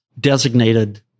designated